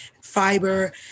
fiber